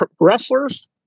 Wrestlers